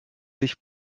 sich